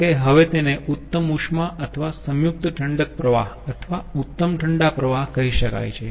કારણ કે હવે તેને ઉત્તમ ઉષ્મા અથવા સંયુક્ત ઠંડક પ્રવાહ અથવા ઉત્તમ ઠંડા પ્રવાહ કહી શકાય છે